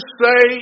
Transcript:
say